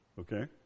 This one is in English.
okay